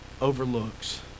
overlooks